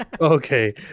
Okay